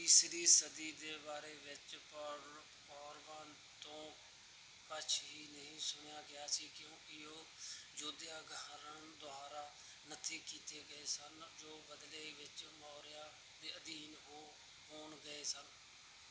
ਤੀਸਰੀ ਸਦੀ ਦੇ ਬਾਰੇ ਵਿੱਚ ਪੌਰ ਪੌਰਵਾਂ ਤੋਂ ਕੁਝ ਵੀ ਨਹੀਂ ਸੁਣਿਆ ਗਿਆ ਸੀ ਕਿਉਂਕਿ ਉਹ ਯੁਧਿਆ ਦੁਆਰਾ ਨੱਥੀ ਕੀਤੇ ਗਏ ਸਨ ਜੋ ਬਦਲੇ ਵਿੱਚ ਮੌਰਿਆ ਦੇ ਅਧੀਨ ਹੋ ਹੋਣ ਗਏ ਸਨ